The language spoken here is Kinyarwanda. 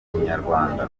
inyarwanda